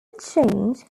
change